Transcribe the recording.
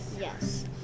Yes